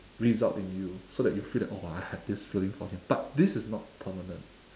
result in you so that you feel that !wah! I have this feeling for him but this is not permanent